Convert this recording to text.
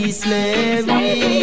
slavery